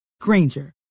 Granger